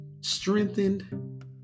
strengthened